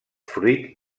fruit